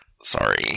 Sorry